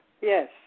Yes